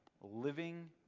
living